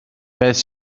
beth